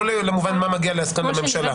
לא למובן מה מגיע להסכם הממשלה.